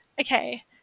okay